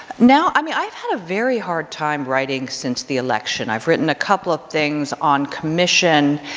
now, i mean, i've had a very hard time writing since the election. i've written a couple of things on commission,